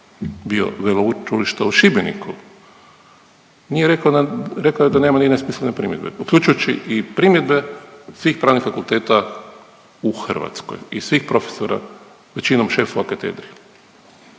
bio Veleučilišta u Šibeniku nije rekao, rekao je da nema nijedne smislene primjedbe uključujući i primjedbe svih pravnih fakulteta u Hrvatskoj i svih profesora većinom šefova katedri.